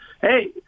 hey